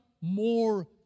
more